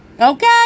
okay